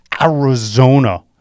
Arizona